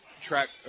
track –